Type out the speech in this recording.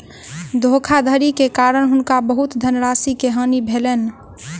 धोखाधड़ी के कारण हुनका बहुत धनराशि के हानि भेलैन